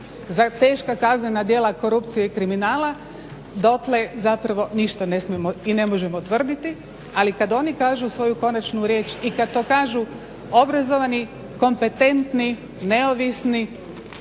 za teška kaznena djela korupcije i kriminala dotle zapravo ništa ne smijemo i ne možemo tvrditi ali kad oni kažu svoju konačnu riječ i kad to kažu obrazovani kompetentni, neovisni,